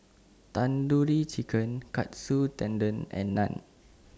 Tandoori Chicken Katsu Tendon and Naan